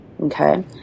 Okay